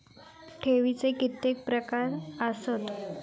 ठेवीचे कितके प्रकार आसत?